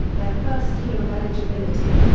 their first year of eligibility.